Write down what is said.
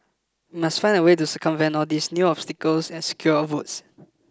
we must find a way to circumvent all these new obstacles and secure our votes